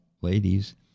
ladies